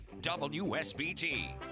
WSBT